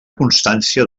constància